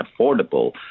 affordable